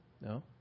no